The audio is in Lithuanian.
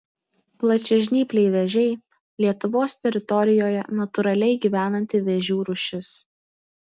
plačiažnypliai vėžiai lietuvos teritorijoje natūraliai gyvenanti vėžių rūšis